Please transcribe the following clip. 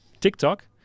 TikTok